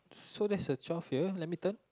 so there's a twelve here let me turn